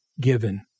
given